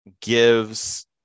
gives